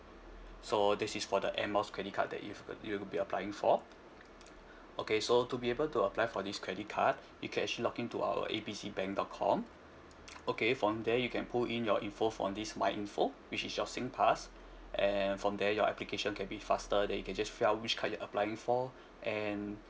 so this is for the air miles credit card that you~ uh you'll be applying for okay so to be able to apply for this credit card you can actually log in to our A B C bank dot com okay from there you can put in your info from this my info which is your singpass and from there your application can be faster then you can just fill up which card you're applying for and